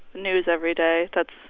news every day that's,